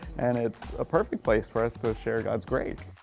and it's a perfect place for us to share god's grace.